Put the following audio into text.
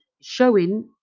showing